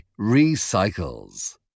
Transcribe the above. Recycles